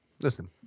listen